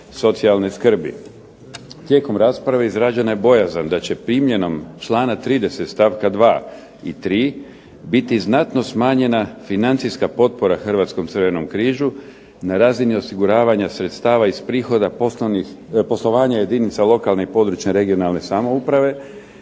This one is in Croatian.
socijalne skrbi. Tijekom rasprave izražena je bojazan da će primjenom člana 30. stavka 2. i 3. biti znatno smanjena financijska potpora Hrvatskom Crvenom križu na razini osiguravanja sredstava iz prihoda poslovanja jedinica lokalne i područne (regionalne) samouprave,